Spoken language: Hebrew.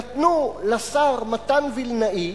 נתנו לשר מתן וילנאי,